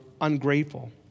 ungrateful